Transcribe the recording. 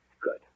Good